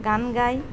গান গায়